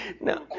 No